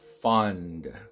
Fund